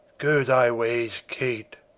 goe thy wayes kate,